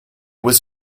was